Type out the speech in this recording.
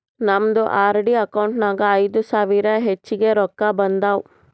ನಮ್ದು RD account ನಾಗ್ ಐಯ್ದ ಸಾವಿರ ಹೆಚ್ಚಿಗೆ ರೊಕ್ಕಾ ಬಂದಾವ್